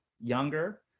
younger